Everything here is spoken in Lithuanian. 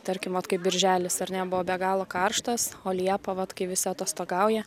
tarkim vat kaip birželis ar ne buvo be galo karštas o liepą vat kai visi atostogauja